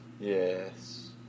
Yes